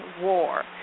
War